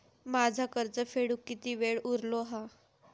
माझा कर्ज फेडुक किती वेळ उरलो हा?